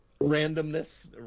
randomness